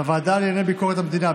בוועדה לענייני ביקורת המדינה,